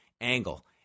Angle